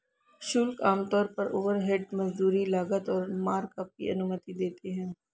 शुल्क आमतौर पर ओवरहेड, मजदूरी, लागत और मार्कअप की अनुमति देते हैं